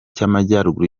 cy’amajyaruguru